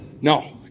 No